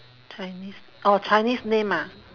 chinese orh chinese name ah